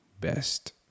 best